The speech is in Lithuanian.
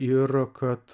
ir kad